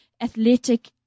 athletic